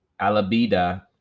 alabida